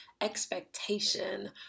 expectation